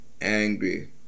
angry